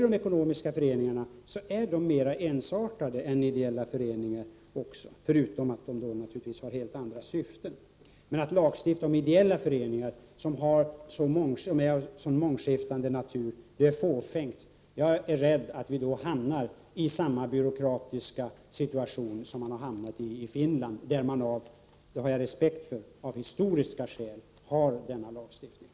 De ekonomiska föreningarna är mera ensartade än ideella föreningar, förutom att de naturligtvis har andra syften. Att lagstifta om ideella föreningar, som är av så mångskiftande natur, är fåfängt. Jag är rädd att vi då hamnar i samma byråkratiska situation som i Finland, där man — och det har jag respekt för — av historiska skäl har denna lagstiftning.